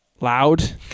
loud